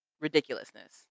ridiculousness